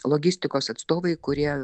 logistikos atstovai kurie